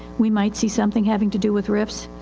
we might see something having to do with rifis.